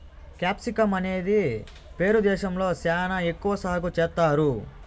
capsicum అనేది Peru దేశంలో శ్యానా ఎక్కువ సాగు చేత్తారు